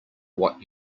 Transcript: what